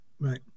Right